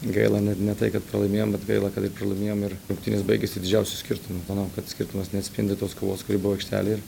gaila ne ne tai kad pralaimėjom bet gaila kad ir pralaimėjom ir rungtynės baigėsi didžiausiu skirtumu manau kad skirtumas neatspindi tos kovos kuri buvo aikštelėje